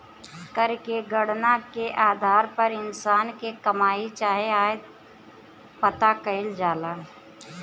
कर के गणना के आधार पर इंसान के कमाई चाहे आय पता कईल जाला